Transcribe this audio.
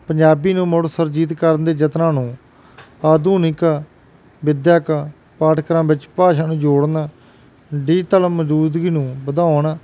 ਪੰਜਾਬੀ ਨੂੰ ਮੁੜ ਸੁਰਜੀਤ ਕਰਨ ਦੇ ਯਤਨਾਂ ਨੂੰ ਆਧੁਨਿਕ ਵਿੱਦਿਅਕ ਪਾਠਕਾਰਾਂ ਵਿੱਚ ਭਾਸ਼ਾ ਨੂੰ ਜੋੜਨ ਡਿਜਿਟਲ ਮੌਜੂਦਗੀ ਨੂੰ ਵਧਾਉਣ